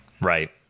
right